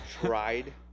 tried